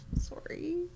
sorry